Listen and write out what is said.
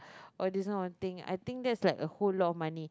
oh this one one thing I think that's like a whole lot of money